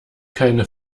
keine